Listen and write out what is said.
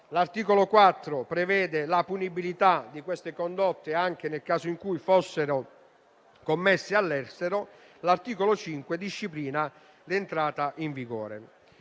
L'articolo 4 prevede la punibilità di queste condotte anche nel caso in cui fossero commesse all'estero. L'articolo 5 disciplina l'entrata in vigore.